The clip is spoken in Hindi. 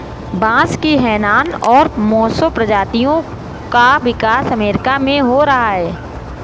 बांस की हैनान और मोसो प्रजातियों का विकास अमेरिका में हो रहा है